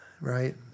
right